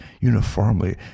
uniformly